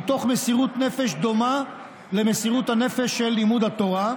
מתוך מסירות נפש דומה למסירות הנפש של לימוד התורה,